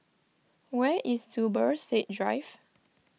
where is Zubir Said Drive